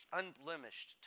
unblemished